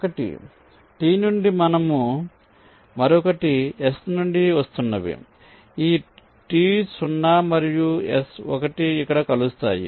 ఒకటి T నుండి మరియు మరొకటి S నుండి వస్తున్నవి ఈ T0 మరియు S1 ఇక్కడ కలుస్తాయి